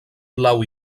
blau